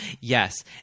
Yes